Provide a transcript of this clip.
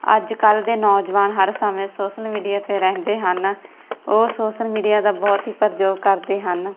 ਅੱਜ ਕੱਲ੍ਹ ਦੇ ਨੌਜਵਾਨ ਹਰ ਸਮੇਂ ਸੋਸਲ ਮੀਡੀਆ 'ਤੇ ਰਹਿੰਦੇ ਹਨ ਉਹ ਸੋਸਲ ਮੀਡੀਆ ਦਾ ਬਹੁਤ ਹੀ ਪ੍ਰਯੋਗ ਕਰਦੇ ਹਨ